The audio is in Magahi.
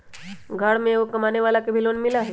घर में एगो कमानेवाला के भी लोन मिलहई?